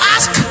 Ask